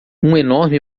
enorme